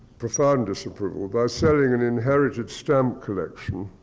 profound disapproval, by selling an inherited stamp collection.